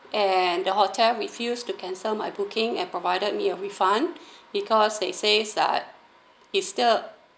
and the hotel refused to cancel my booking and provide me a refund because they say that it's still